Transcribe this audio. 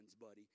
buddy